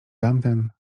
tamten